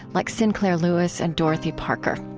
like sinclair lewis and dorothy parker.